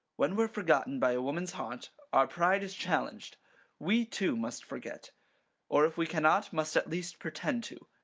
when we're forgotten by a woman's heart, our pride is challenged we, too, must forget or if we cannot, must at least pretend to.